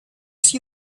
see